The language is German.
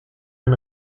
ein